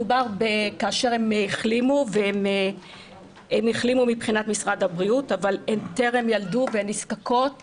מדובר כאשר הן החלימו מבחינת משרד הבריאות אבל טרם ילדו והן נזקקות